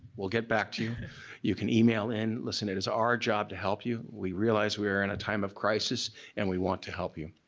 we'll get back to you. you can email in. listen it's our job to help you, we realize we are in a time of crisis and we want to help you.